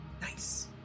Nice